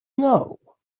know